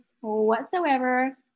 whatsoever